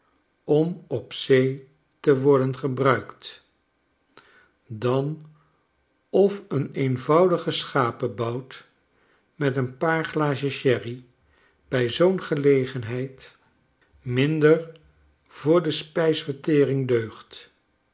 om op zee te worden gebruikt dan of een eenvoudige schapebout met een paar glazen sherry bij zoo'n gelegenheid minder voor de spijsvertering deugt